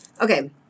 Okay